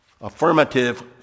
Affirmative